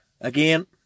again